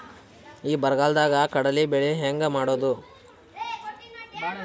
ಈ ಬರಗಾಲದಾಗ ಕಡಲಿ ಬೆಳಿ ಹೆಂಗ ಮಾಡೊದು?